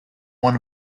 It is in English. one